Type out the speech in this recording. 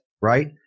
right